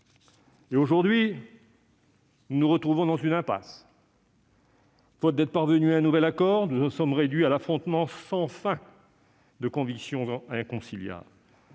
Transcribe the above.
et aujourd'hui, nous nous retrouvons dans une impasse ! Faute d'être parvenus à un nouvel accord, nous en sommes réduits à l'affrontement sans fin de convictions inconciliables.